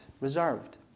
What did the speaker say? reserved